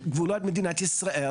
והוא לא רק מדינת ישראל,